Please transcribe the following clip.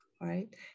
right